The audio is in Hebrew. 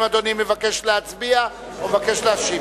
האם אדוני מבקש להצביע או מבקש להשיב?